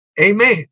Amen